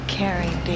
caring